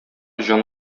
җан